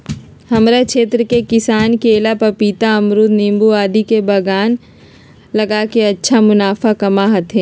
हमरा क्षेत्र के किसान केला, पपीता, अमरूद नींबू आदि के बागान लगा के अच्छा मुनाफा कमा हथीन